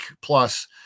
plus